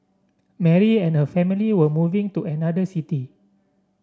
Mary and her family were moving to another city